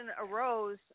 arose